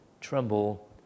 tremble